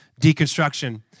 deconstruction